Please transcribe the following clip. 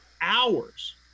hours